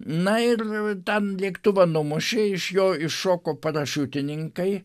na ir ten lėktuvą numušė iš jo iššoko parašiutininkai